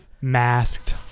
masked